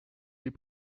les